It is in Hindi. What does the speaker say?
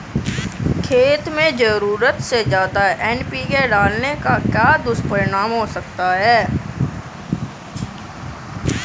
खेत में ज़रूरत से ज्यादा एन.पी.के डालने का क्या दुष्परिणाम हो सकता है?